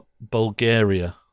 Bulgaria